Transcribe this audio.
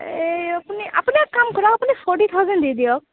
এই আপুনি আপুনি এটা কাম কৰক আপুনি ফৰটি থাউজেণ্ড দি দিয়ক